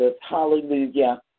Hallelujah